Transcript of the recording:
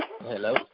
Hello